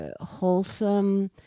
wholesome